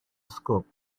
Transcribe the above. scope